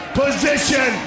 position